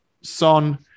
Son